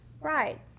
Right